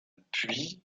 puis